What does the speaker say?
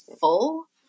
full